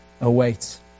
awaits